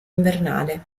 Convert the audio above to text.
invernale